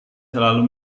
selalu